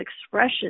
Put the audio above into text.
expressions